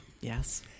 Yes